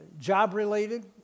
job-related